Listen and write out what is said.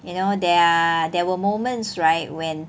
you know there are there were moments right when